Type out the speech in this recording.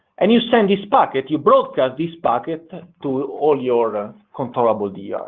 and you send this packet you broadcast this packet to all your and controllable ders.